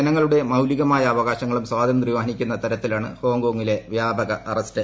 ജനങ്ങളുടെ മൌലികമായ അവകാശങ്ങളും സ്വാതന്ത്ര്യവും ഹനിക്കുന്ന തരത്തിലാണ് ഹോങ്കോങ്ങിലെ വ്യാപക അറസ്റ്റ്